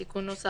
הם מסירים אותו,